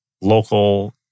local